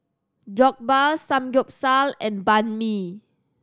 Jokbal Samgyeopsal and Banh Mi